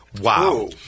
Wow